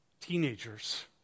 teenagers